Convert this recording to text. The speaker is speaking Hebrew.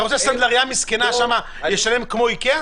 אתה רוצה שסנדלריה מסכנה תשלם כמו איקאה?